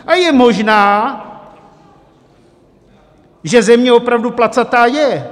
A je možné, že Země opravdu placatá je.